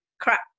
crap